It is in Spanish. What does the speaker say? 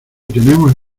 tenemos